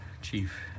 chief